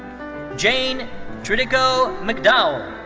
jane tridico mcdowell.